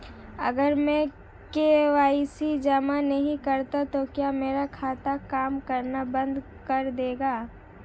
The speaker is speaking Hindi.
अगर मैं के.वाई.सी जमा नहीं करता तो क्या मेरा खाता काम करना बंद कर देगा?